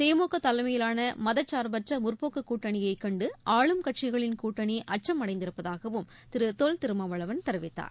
திமுக தலைமையிலான மதச்சார்பற்ற முற்போக்கு கூட்டணியை கண்டு ஆளும் கட்சிகளின் கூட்டணி அச்சம் அடைந்திருப்பதாகவும் திரு தொல் திருமாவளவன் தெரிவித்தார்